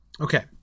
Okay